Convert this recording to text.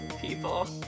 people